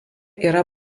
yra